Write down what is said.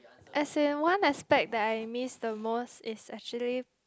as in one aspect that I miss the most is actually